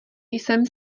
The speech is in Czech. jsem